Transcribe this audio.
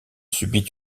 subit